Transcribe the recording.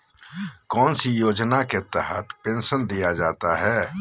कौन सी योजना के तहत पेंसन दिया जाता है?